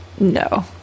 No